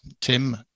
Tim